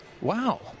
wow